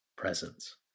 presence